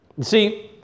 See